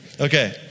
Okay